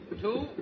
Two